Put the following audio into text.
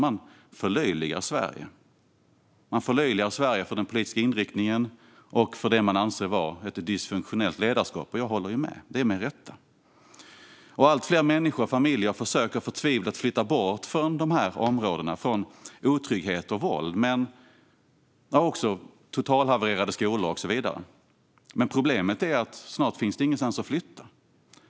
Man förlöjligar Sverige för vår politiska inriktning och för det man anser vara ett dysfunktionellt ledarskap, och jag håller ju med. Det görs med rätta. Allt fler människor och familjer försöker förtvivlat flytta från dessa områden - från otrygghet och våld, totalhavererade skolor och så vidare - men problemet är att det snart inte finns någonstans att flytta.